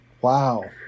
Wow